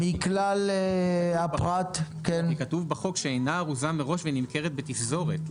כי כתוב בחוק: שאינה ארוזה מראש ונמכרת בתפזורת.